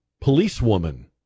policewoman